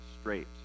straight